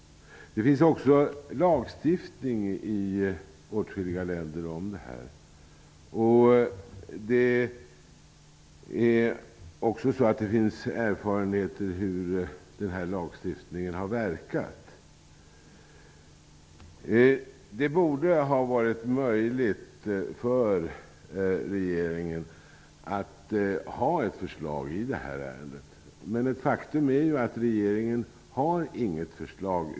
Det finns också lagstiftning om detta i åtskilliga länder. Det finns erfarenheter av hur den lagstiftningen har verkat. Det borde ha varit möjligt för regeringen att komma med ett förslag i detta ärende. Men det är ett faktum att regeringen inte har något förslag.